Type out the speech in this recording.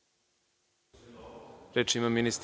Reč ima ministar